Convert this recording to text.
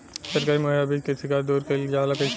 सरकारी मुहैया बीज के शिकायत दूर कईल जाला कईसे?